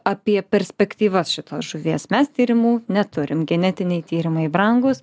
apie perspektyvas šitos žuvies mes tyrimų neturim genetiniai tyrimai brangūs